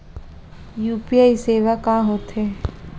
UPI सेवाएं का होथे?